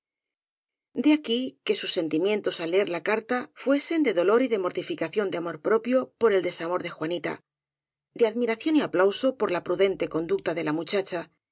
que sus sentimientos al leer la carta fuesen de dolor y de mortificación de amor pro pio por el desamor de juanita de admiración y aplauso por la prudente conducta de la muchacha